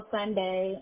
Sunday